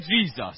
Jesus